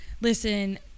listen